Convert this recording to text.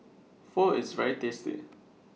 Pho IS very tasty